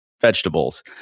vegetables